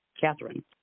Catherine